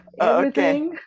Okay